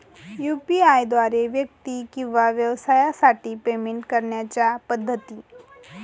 UPI द्वारे व्यक्ती किंवा व्यवसायांसाठी पेमेंट करण्याच्या पद्धती